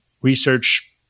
research